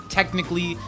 technically